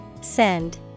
Send